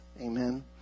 amen